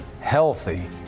healthy